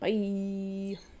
Bye